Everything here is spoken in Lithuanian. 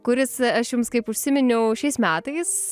kuris aš jums kaip užsiminiau šiais metais